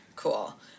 Cool